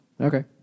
Okay